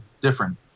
different